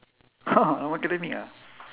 normal academic ah